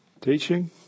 Teaching